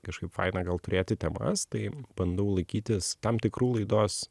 kažkaip faina gal turėti temas tai bandau laikytis tam tikrų laidos